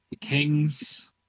Kings